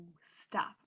Stop